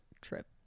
trip